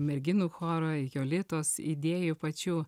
merginų choro jolitos idėjų pačių